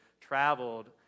traveled